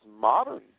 modern